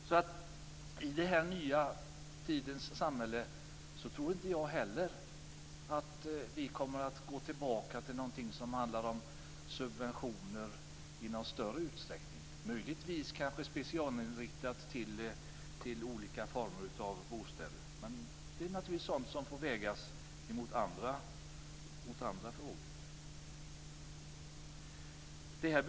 Inte heller jag tror att vi i den nya tidens samhälle kommer att gå tillbaka till subventioner i någon större utsträckning, möjligtvis annat än specialriktat till olika former av bostäder. Det är sådant som får vägas mot andra frågor.